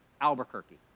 Albuquerque